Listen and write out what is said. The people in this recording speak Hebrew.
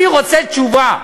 אני רוצה תשובה.